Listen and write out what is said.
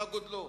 מה גודלו,